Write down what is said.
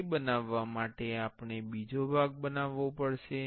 તે બનાવવા માટે આપણે બીજો ભાગ બનાવવો પડશે